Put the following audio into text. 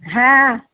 হ্যাঁ